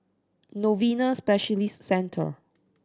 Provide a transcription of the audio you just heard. Novena Specialist Centre